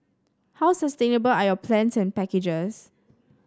how sustainable are your plans and packages